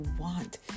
want